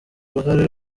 uruhare